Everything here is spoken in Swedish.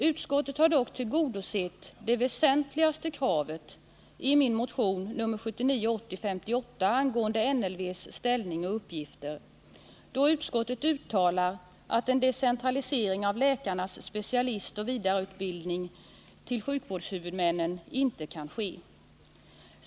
Utskottet har dock tillgodosett det väsentligaste kravet i min motion 1979/80:58 angående NLV:s ställning och uppgifter, då utskottet uttalar att en decentralisering av läkarnas specialistoch vidareutbildning till sjukvårdshuvudmännen inte kan ske.